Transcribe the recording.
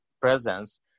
presence